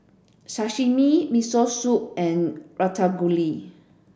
Sashimi Miso Soup and Ratatouille